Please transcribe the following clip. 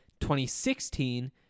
2016